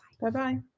bye-bye